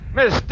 Miss